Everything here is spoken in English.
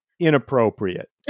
Inappropriate